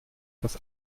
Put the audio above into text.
dass